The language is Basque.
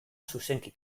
zuzenki